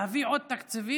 להביא עוד תקציבים,